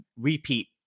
repeat